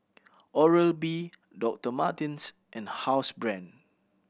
Oral B Doctor Martens and Housebrand